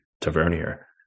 Tavernier